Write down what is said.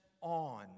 on